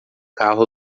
carro